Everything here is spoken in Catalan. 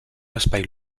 espai